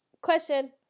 Question